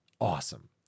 awesome